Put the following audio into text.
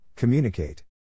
Communicate